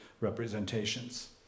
representations